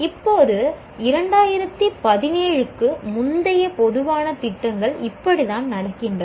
இப்போது 2017 க்கு முந்தைய பொதுவான திட்டங்கள் இப்படித்தான் நடக்கின்றன